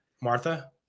martha